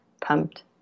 pumped